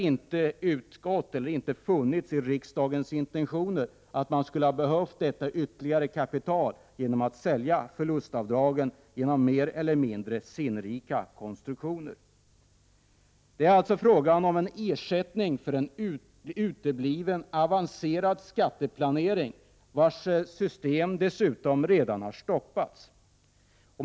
Det har inte ingått i riksdagens intentioner att man skulle behöva detta ytterligare kapital genom att sälja förlustavdragen med hjälp av mer eller mindre sinnrika konstruktioner. Det är alltså fråga om en ersättning för en utebliven avancerad skatteplanering, vars system dessutom redan har stoppats.